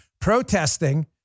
protesting